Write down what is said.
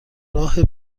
راه